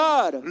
God